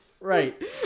Right